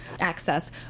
access